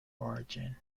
origin